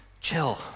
chill